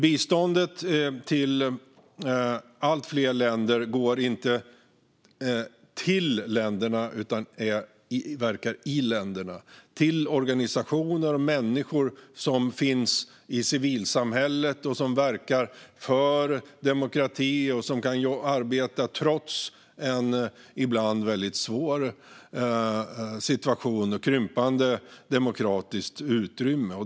Biståndet till allt fler länder går dock inte till länderna utan verkar i länderna. Det går till organisationer och människor som finns i civilsamhället och som verkar för demokrati och kan arbeta trots en ibland väldigt svår situation i ett krympande demokratiskt utrymme.